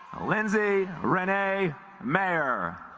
lindsey renee mayor